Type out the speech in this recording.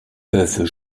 peuvent